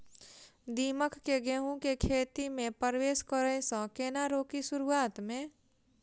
दीमक केँ गेंहूँ केँ खेती मे परवेश करै सँ केना रोकि शुरुआत में?